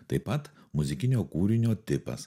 taip pat muzikinio kūrinio tipas